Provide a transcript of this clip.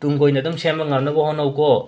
ꯇꯨꯡ ꯀꯣꯏꯅ ꯑꯗꯨꯝ ꯁꯦꯝꯕ ꯉꯝꯅꯕ ꯍꯣꯠꯅꯧꯀꯣ